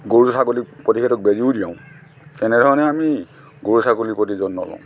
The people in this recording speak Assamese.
গৰু ছাগলীক প্ৰতিষেধক বেজিও দিওঁ তেনেধৰণে আমি গৰু ছাগলীৰ প্ৰতি যত্ন লওঁ